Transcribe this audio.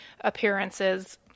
appearances